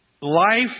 life